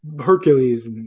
Hercules